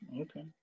Okay